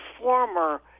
former